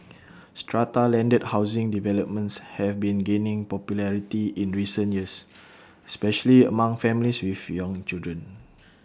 strata landed housing developments have been gaining popularity in recent years especially among families with young children